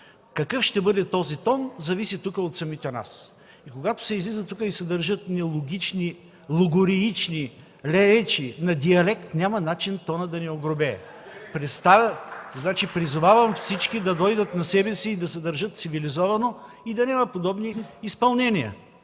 Какъв ще бъде този тон, зависи тук от самите нас. И когато се излиза тук и се държат нелогични, логореични речи на диалект, няма начин тонът да не огрубее. (Ръкопляскания от „Атака”.) Призовавам всички да дойдат на себе си и да се държат цивилизовано, да няма подобни изпълнения,